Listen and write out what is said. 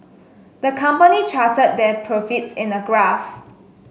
the company charted their profits in a graph